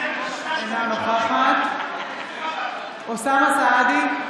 נוכח מיכל רוזין,